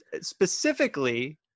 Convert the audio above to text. specifically